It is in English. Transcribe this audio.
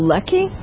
Lucky